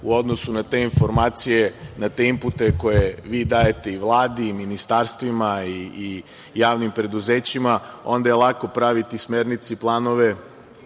U odnosu na te informacije, na te inpute koje vi dajete i Vladi i ministarstvima i javnim preduzećima, onda je lako praviti smernice i planove